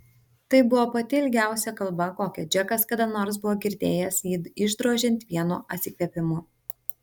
tai buvo pati ilgiausia kalba kokią džekas kada nors buvo girdėjęs jį išdrožiant vienu atsikvėpimu